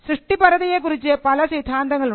സൃഷ്ടിപരതയെക്കുറിച്ച് പല സിദ്ധാന്തങ്ങൾ ഉണ്ട്